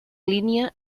línia